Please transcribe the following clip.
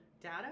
data